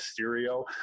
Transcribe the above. mysterio